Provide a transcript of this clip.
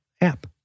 app